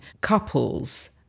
couples